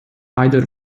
either